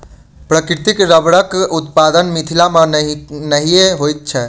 प्राकृतिक रबड़क उत्पादन मिथिला मे नहिये होइत छै